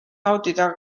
nautida